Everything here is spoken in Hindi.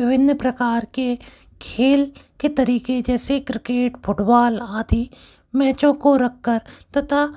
विभिन्न प्रकार के खेल के तरीक़े जैसे क्रिकेट फुटबॉल आदि मैचों को रख कर तथा